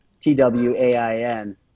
T-W-A-I-N